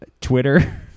Twitter